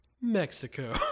Mexico